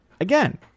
again